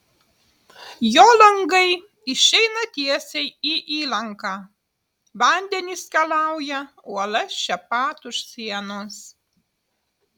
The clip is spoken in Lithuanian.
jo langai išeina tiesiai į įlanką vandenys skalauja uolas čia pat už sienos